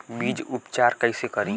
बीज उपचार कईसे करी?